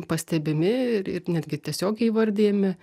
pastebimi ir ir netgi tiesiogiai įvardijami